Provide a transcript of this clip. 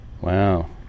Wow